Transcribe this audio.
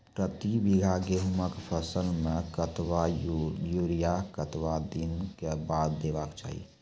प्रति बीघा गेहूँमक फसल मे कतबा यूरिया कतवा दिनऽक बाद देवाक चाही?